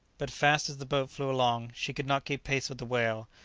but fast as the boat flew along, she could not keep pace with the whale,